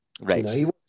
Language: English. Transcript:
Right